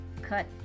cut